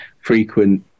frequent